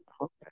Okay